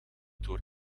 door